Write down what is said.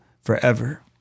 forever